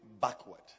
backward